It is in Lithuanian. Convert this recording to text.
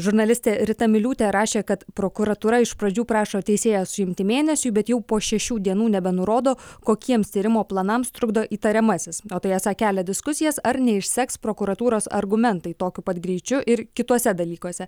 žurnalistė rita miliūtė rašė kad prokuratūra iš pradžių prašo teisėją suimti mėnesiui bet jau po šešių dienų nebenurodo kokiems tyrimo planams trukdo įtariamasis o tai esą kelia diskusijas ar neišseks prokuratūros argumentai tokiu pat greičiu ir kituose dalykuose